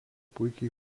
puikiai